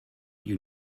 you